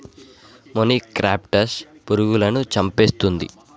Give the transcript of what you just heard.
మొనిక్రప్టస్ పురుగులను చంపేస్తుందా?